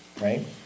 right